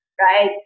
right